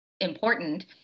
important